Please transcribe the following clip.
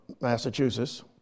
Massachusetts